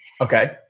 Okay